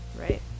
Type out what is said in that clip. Right